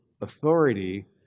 authority